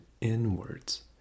inwards